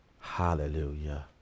Hallelujah